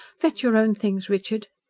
fetch your own things, richard.